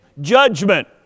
judgment